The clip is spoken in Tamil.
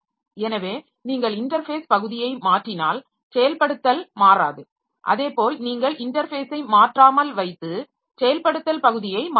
எனவே நீங்கள் இன்டர்ஃபேஸ் பகுதியை மாற்றினால் செயல்படுத்தல் மாறாது அதேபோல் நீங்கள் இன்டர்ஃபேஸை மாற்றாமல் வைத்து செயல்படுத்தல் பகுதியை மாற்றலாம்